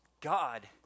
God